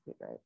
right